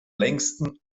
längsten